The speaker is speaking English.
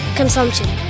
consumption